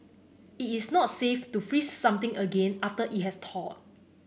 it is not safe to freeze something again after it has thawed